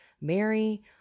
Mary